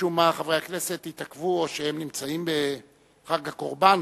משום מה חברי הכנסת התעכבו או שהם נמצאים בחג הקורבן,